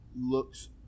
looks